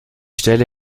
stelle